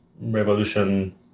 revolution